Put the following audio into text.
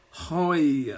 Hi